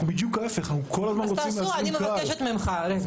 בדיוק להיפך, אנחנו כל הזמן רצינו להזרים קהל.